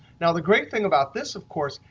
now the great thing about this, of course,